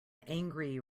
angry